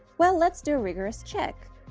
well let's do a rigorous check.